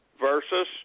versus